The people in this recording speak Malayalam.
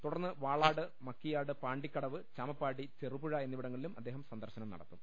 തുടർന്ന് വാളാട് മക്കിയാട്ട് പാണ്ടിക്കടവ് ചാമപ്പാടി ചെറുപുഴ എന്നിവിട്ട ങ്ങളിലും അദ്ദേഹം സന്ദർശനം നടത്തും